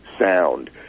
sound